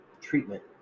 treatment